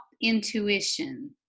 intuition